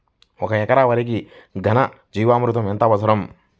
ఒక ఎకరా వరికి ఘన జీవామృతం ఎంత అవసరం?